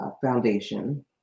foundation